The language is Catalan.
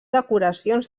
decoracions